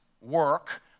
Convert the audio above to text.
work